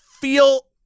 feel